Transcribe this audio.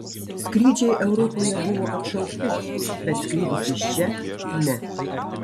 skrydžiai europoje buvo atšaukti bet skrydis iš čia ne